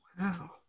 Wow